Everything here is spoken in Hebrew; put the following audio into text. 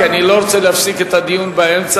כי אני לא רוצה להפסיק את הדיון באמצע.